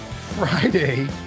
Friday